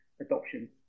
adoption